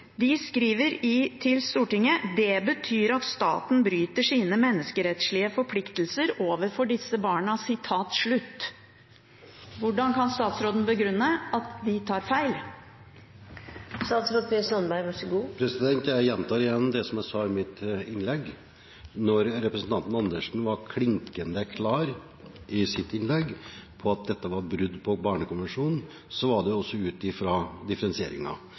De skriver til Stortinget at det betyr at staten bryter sine menneskerettslige forpliktelser overfor disse barna. Hvordan kan statsråden begrunne at de tar feil? Jeg gjentar igjen det som jeg sa i mitt innlegg: Når representanten Andersen var klinkende klar i sitt innlegg på at dette var brudd på barnekonvensjonen, var det ut